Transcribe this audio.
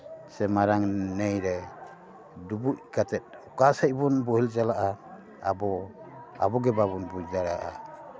ᱥᱮ ᱢᱟᱨᱟᱝ ᱱᱟᱹᱭ ᱨᱮ ᱰᱩᱵᱩᱡ ᱠᱟᱛᱮᱜ ᱚᱠᱟ ᱥᱮᱫᱵᱚᱱ ᱵᱚᱦᱮᱞ ᱪᱟᱞᱟᱜᱼᱟ ᱟᱵᱚ ᱟᱵᱚᱜᱮ ᱵᱟᱵᱚᱱ ᱵᱩᱡᱽ ᱫᱟᱲᱮᱭᱟᱜᱼᱟ